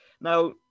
now